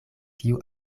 kiu